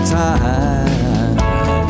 time